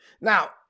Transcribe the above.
Now